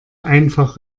einfach